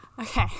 Okay